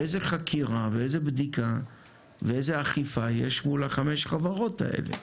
איזה חקירה ואיזה בדיקה ואיזה אכיפה יש מול החמש חברות האלה?